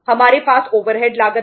हमारे पास ओवरहेड लागत है